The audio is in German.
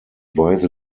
weise